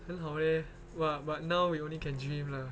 很好 leh !wah! but now we only can dream lah